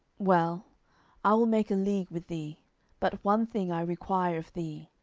well i will make a league with thee but one thing i require of thee,